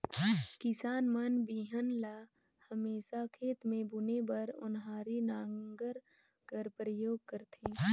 किसान मन बीहन ल हमेसा खेत मे बुने बर ओन्हारी नांगर कर परियोग करथे